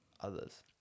others